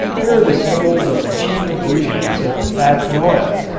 here are the symbols of the chief ingredients of the fats and oils.